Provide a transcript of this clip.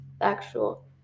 actual